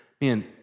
Man